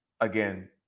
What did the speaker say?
again